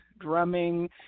drumming